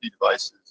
devices